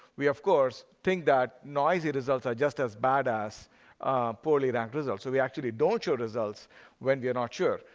we, of course, think that noisy results are just as bad as poorly ranked results. so we actually don't show results when we're not sure.